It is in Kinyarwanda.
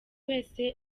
wese